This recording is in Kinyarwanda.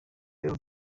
rero